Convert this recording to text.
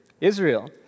Israel